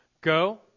Go